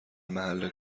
محل